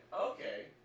Okay